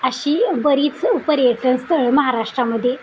अशी बरीच पर्यटन स्थळ महाराष्ट्रामध्ये